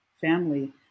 family